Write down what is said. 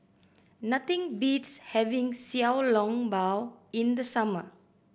nothing beats having Xiao Long Bao in the summer